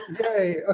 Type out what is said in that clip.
Yay